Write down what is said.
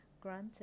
Granted